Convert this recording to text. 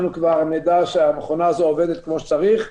כבר נדע שהמכונה הזו עובדת כמו צריך.